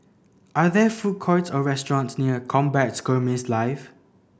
are there food courts or restaurants near Combat Skirmish Live